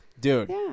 dude